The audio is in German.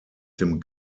dem